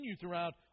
throughout